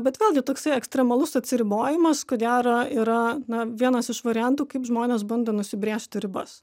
bet vėlgi toksai ekstremalus atsiribojimas ko gero yra vienas iš variantų kaip žmonės bando nusibrėžti ribas